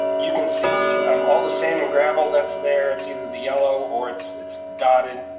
you can see um all the sand and gravel that's there, it's either the yellow or it's it's dotted